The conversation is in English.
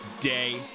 day